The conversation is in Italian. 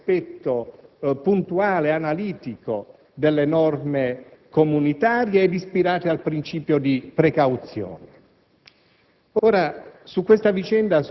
improntato, cioè, al rispetto puntuale, analitico delle norme comunitarie ed ispirato al principio di precauzione.